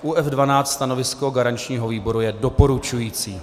U F12 stanovisko garančního výboru je doporučující.